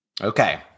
Okay